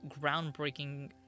groundbreaking